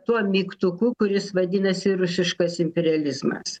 tuo mygtuku kuris vadinasi rusiškas imperializmas